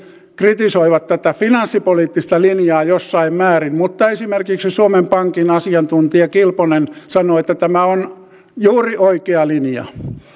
kritisoivat tätä finanssipoliittista linjaa jossain määrin mutta esimerkiksi suomen pankin asiantuntija kilponen sanoi että tämä on juuri oikea linja